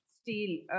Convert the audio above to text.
steel